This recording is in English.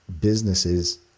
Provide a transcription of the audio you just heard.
businesses